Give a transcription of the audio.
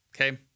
Okay